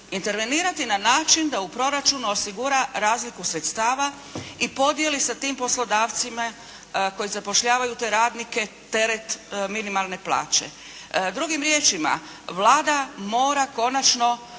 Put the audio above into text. Intervenirati na način da u proračunu osigura razliku sredstava i podijeli sa tim poslodavcima koji zapošljavaju te radnike teret minimalne plaće. Drugim riječima, Vlada mora konačno